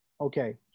Okay